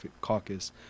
Caucus